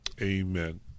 amen